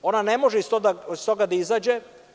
Ona ne može iz toga da izađe.